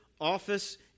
office